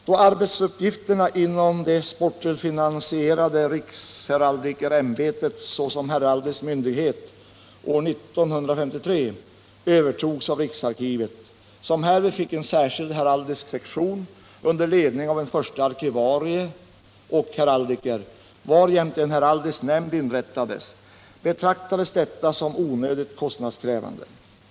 Då arbetsuppgifterna inom det sportelfinansierade riksheraldikeräm Nr 23 betet såsom heraldisk myndighet år 1953 övertogs av riksarkivet, som härvid fick en särskild heraldisk sektion under ledning av en förste arkivarie och heraldiker, varjämte en heraldisk nämnd inrättades, betrak-= tades detta som onödigt kostnadskrävande.